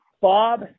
Bob